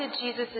Jesus